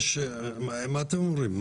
מה אתם אומרים?